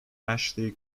ashley